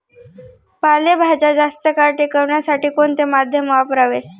पालेभाज्या जास्त काळ टिकवण्यासाठी कोणते माध्यम वापरावे?